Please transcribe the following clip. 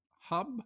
hub